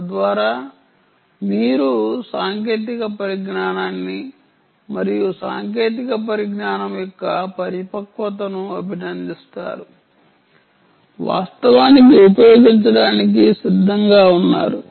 తద్వారా మీరు సాంకేతిక పరిజ్ఞానాన్ని మరియు సాంకేతిక పరిజ్ఞానం యొక్క పరిపక్వతను అభినందిస్తారు వాస్తవానికి ఉపయోగించడానికి సిద్ధంగా ఉన్నారు